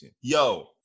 Yo